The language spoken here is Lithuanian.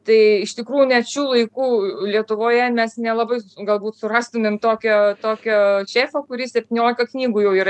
tai iš tikrųjų net šių laikų lietuvoje mes nelabai galbūt surastumėm tokio tokio šefo kuris septyniolika knygų jau yra